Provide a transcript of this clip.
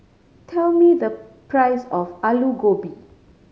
tell me the price of Alu Gobi